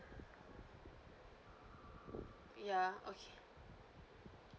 ya okay